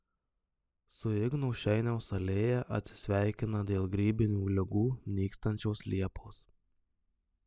su igno šeiniaus alėja atsisveikina dėl grybinių ligų nykstančios liepos